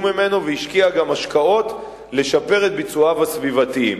ממנו והשקיע גם השקעות לשיפור ביצועיו בתחום הסביבתי.